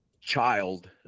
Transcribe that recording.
child